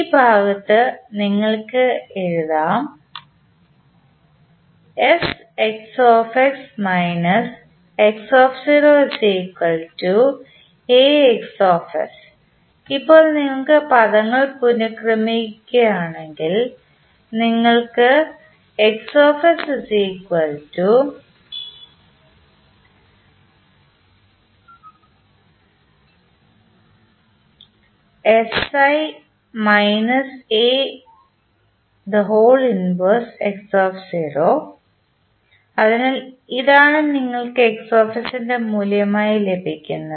ഈ ഭാഗത്തു നിങ്ങൾക്ക് എഴുതാം ഇപ്പോൾ നിങ്ങൾ പദങ്ങൾ പുനക്രമീകരിക്കുകയാണെങ്കിൽ നിങ്ങൾക്ക് എഴുതാം അതിനാൽ ഇതാണ് നിങ്ങൾക്ക്ൻറെ മൂല്യം ലഭിക്കുന്നത്